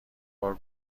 بار